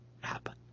happen